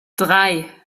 drei